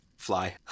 Fly